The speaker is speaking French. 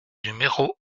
numéro